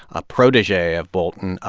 a protege of bolton,